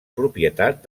propietat